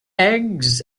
eggs